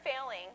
failing